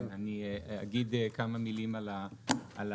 כן, אני אגיד כמה מילים על ההליך.